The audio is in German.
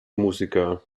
musiker